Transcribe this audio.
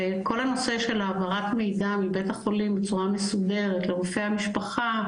כל הנושא של העברת מידע מבית החולים בצורה מסודרת לרופא המשפחה,